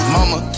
Mama